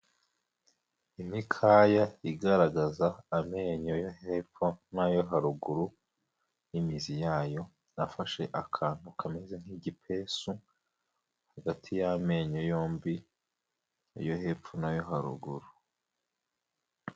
Imikaya igaragaza amenyo yo hepfo n'ayo haruguru n'imizi yayo, afashe akantu kameze nk'igipesu hagati y'amenyo yombi, ayo hepfo nayo haruguru.